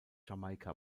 jamaika